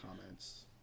comments